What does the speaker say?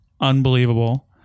unbelievable